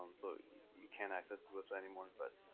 so you can't access this website anymore but,